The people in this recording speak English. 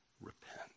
repent